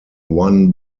one